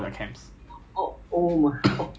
but 其他的 place right 有 one seven two